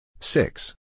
Six